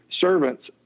servants